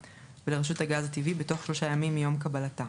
ולרשות הגז הטבעי בתוך 3 ימים מיום קבלתה.